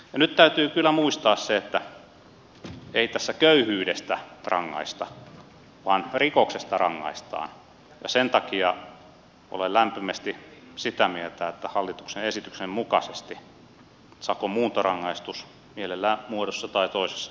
nyt täytyy kyllä muistaa se että ei tässä köyhyydestä rangaista vaan rikoksesta rangaistaan ja sen takia olen lämpimästi sitä mieltä että hallituksen esityksen mukaisesti sakon muuntorangaistus mielellään muodossa tai toisessa pitää palauttaa